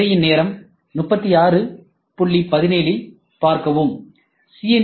திரையின் நேரம் 3617இல் பார்க்கவும் சி